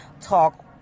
Talk